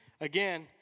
Again